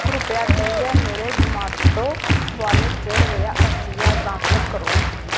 कृपा करियै मेरे ज़ोमैटो वालेट च रपेआ अस्सी ज्हार ट्रांसफर करो